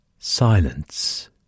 silence